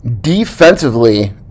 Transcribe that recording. defensively